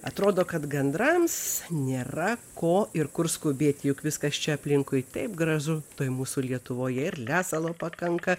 atrodo kad gandrams nėra ko ir kur skubėt juk viskas čia aplinkui taip gražu toj mūsų lietuvoje ir lesalo pakanka